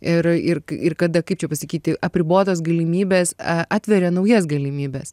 ir ir ir kada kaip čia pasakyti apribotos galimybės a atveria naujas galimybes